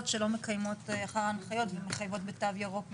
שלא מקיימות אחר ההנחיות ומחייבות בתו ירוק במעבדות.